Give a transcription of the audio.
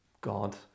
god